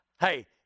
Hey